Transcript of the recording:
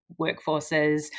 workforces